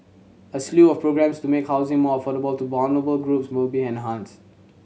a slew of programmes to make housing more affordable to vulnerable groups will be enhanced